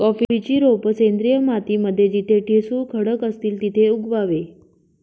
कॉफीची रोप सेंद्रिय माती मध्ये जिथे ठिसूळ खडक असतील तिथे उगवावे